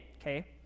okay